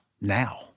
now